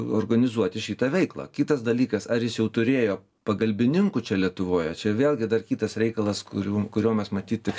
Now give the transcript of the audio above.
organizuoti šitą veiklą kitas dalykas ar jis jau turėjo pagalbininkų čia lietuvoje čia vėlgi dar kitas reikalas kurių kurio mes matyt